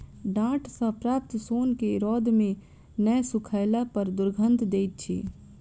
डांट सॅ प्राप्त सोन के रौद मे नै सुखयला पर दुरगंध दैत अछि